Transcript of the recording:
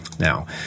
Now